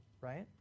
Right